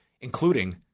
including